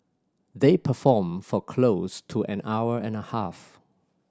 they performed for close to an hour and a half